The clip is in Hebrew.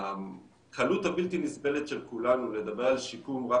שהקלות הבלתי נסבלת של כולנו לדבר על שיקום רק